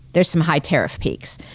there's some high tariffs peaks.